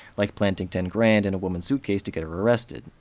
like planting ten grand in a woman's suitcase to get her arrested.